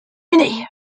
unis